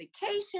vacation